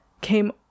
came